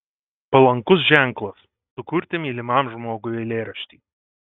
palankus ženklas sukurti mylimam žmogui eilėraštį